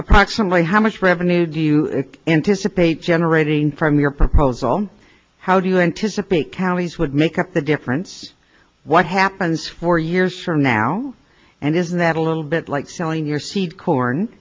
approximately how much revenue do you anticipate generating from your proposal how do you anticipate counties would make up the difference what happens four years from now and isn't that a little bit like selling your seed corn